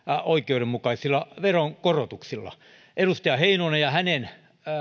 oikeudenmukaisilla veronkorotuksilla edustaja heinonen ja hänen